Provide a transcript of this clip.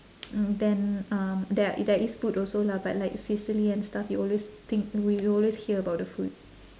mm then um there there is food also lah but like sicily and stuff you always think we always hear about the food